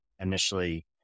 initially